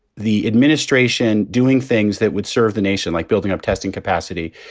the administration doing things that would serve the nation like building up testing capacity.